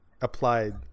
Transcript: applied